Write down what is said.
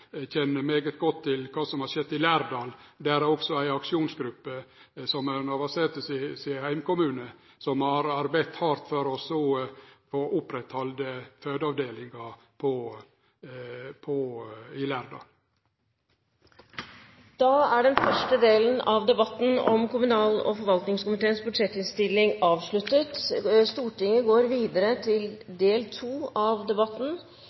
godt kjenner til det som har skjedd i Lærdal – i Navarsete sin heimkommune – der det også er ei aksjonsgruppe som har arbeidd hardt for å oppretthalde fødeavdelinga der. Da er den første delen av debatten om kommunal- og forvaltningskomiteens budsjettinnstilling avsluttet. Stortinget går videre til del to av debatten,